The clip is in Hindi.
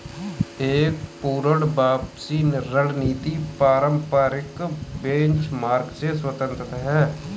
एक पूर्ण वापसी रणनीति पारंपरिक बेंचमार्क से स्वतंत्र हैं